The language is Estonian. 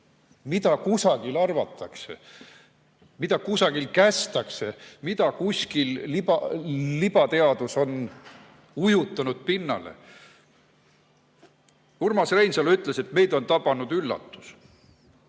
mida kusagil arvatakse, mida kusagil kästakse, mida kuskil libateadus on ujutanud pinnale. Urmas Reinsalu ütles, et meid on tabanud üllatus.